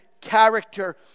character